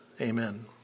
Amen